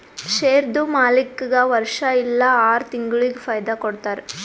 ಶೇರ್ದು ಮಾಲೀಕ್ಗಾ ವರ್ಷಾ ಇಲ್ಲಾ ಆರ ತಿಂಗುಳಿಗ ಫೈದಾ ಕೊಡ್ತಾರ್